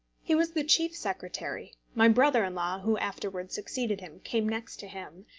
he was the chief secretary, my brother-in-law who afterwards succeeded him came next to him,